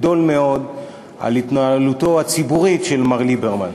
גדול מאוד, על התנהלותו הציבורית של מר ליברמן.